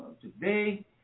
today